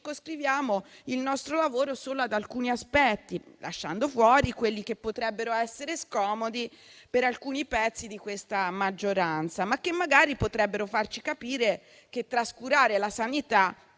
circoscriviamo il nostro lavoro solo ad alcuni aspetti, lasciando fuori quelli che potrebbero essere scomodi per alcuni pezzi di questa maggioranza, ma che magari potrebbero farci capire che trascurare la sanità